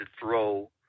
throw